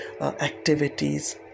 activities